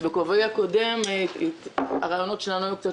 אז בכובעי הקודם הרעיונות שלנו היו קצת